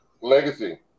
Legacy